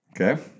Okay